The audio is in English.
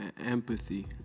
Empathy